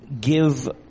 give